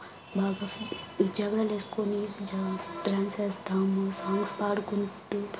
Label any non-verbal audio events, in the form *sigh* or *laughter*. బాగా జడలేసుకొని *unintelligible* డ్యాన్స్ వేము సాంగ్స్ పాడుకుంటూ